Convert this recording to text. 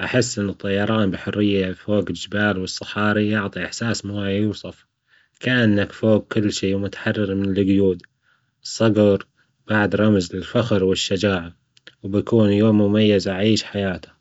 أحس إن الطيران بحرية فوج الجبال والصحاري يعطي إحساس مرة مو يوصف، كأنك فوق كل شيء ومتحرر من الجيود، الصجر بعد رمز للفخر والشجاعة، وبيكون يوم مميز أعيش حياته.